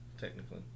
technically